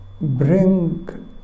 bring